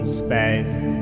space